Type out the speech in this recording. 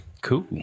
cool